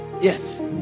Yes